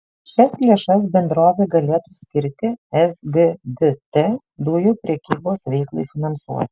šias lėšas bendrovė galėtų skirti sgdt dujų prekybos veiklai finansuoti